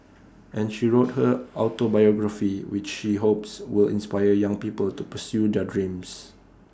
and she wrote her autobiography which she hopes will inspire young people to pursue their dreams